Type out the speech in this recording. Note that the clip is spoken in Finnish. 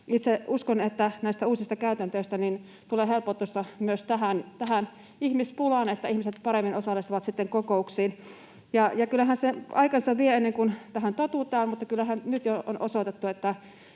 itse uskon, että näistä uusista käytänteistä tulee helpotusta myös tähän ihmispulaan, että ihmiset paremmin sitten osallistuvat kokouksiin. Kyllähän se aikansa vie, ennen kuin tähän totutaan, mutta kyllähän nyt jo on osoitettu,